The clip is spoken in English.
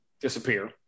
disappear